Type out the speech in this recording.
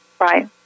Right